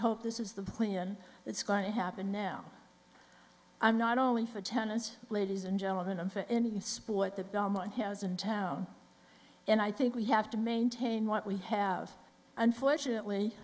hope this is the plea and it's going to happen now i'm not only for tennis ladies and gentlemen and for any sport that don one has and town and i think we have to maintain what we have unfortunately